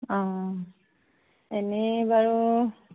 অঁ এনেই বাৰু